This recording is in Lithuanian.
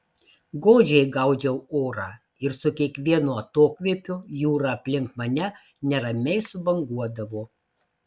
godžiai gaudžiau orą ir su kiekvienu atokvėpiu jūra aplink mane neramiai subanguodavo